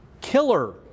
killer